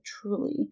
truly